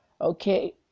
Okay